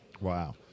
Wow